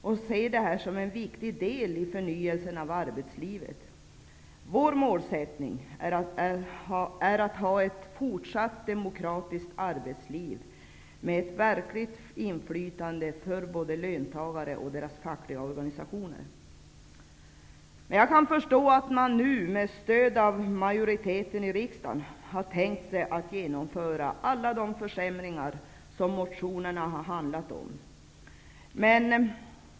Det ser vi som en viktig del i förnyelsen av arbetslivet. Vår målsättning är att arbetslivet skall fortsätta att vara demokratiskt med ett verkligt inflytande för både löntagare och fackliga organisationer. Jag kan förstå att man med stöd av majoriteten i riksdagen nu har tänkt sig att genomföra alla de försämringar som motionerna har handlat om.